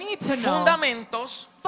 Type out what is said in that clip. Fundamentos